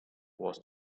was